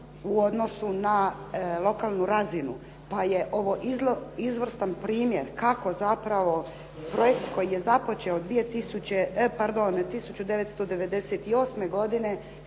u odnosu na lokalnu razinu, pa je ovo izvrstan primjer kako zapravo projekt koji je započeo 1998. godine